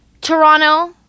Toronto